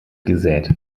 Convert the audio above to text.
gesät